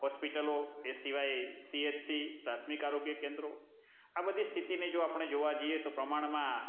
હોસ્પિટલો એ સિવાય સીએચસી પ્રાથમિક આરોગ્ય કેન્દ્રો આ બધી સ્થિતિને જો આપણે જોવા જઈએ તો પ્રમાણમાં